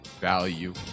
value